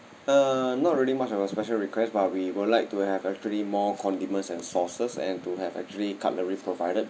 uh not really much of a special requests but we would like to have actually more condiments and sauces and to have actually cutlery provided